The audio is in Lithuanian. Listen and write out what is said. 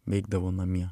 veikdavau namie